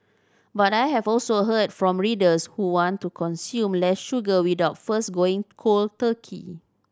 but I have also heard from readers who want to consume less sugar without first going cold turkey